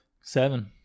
seven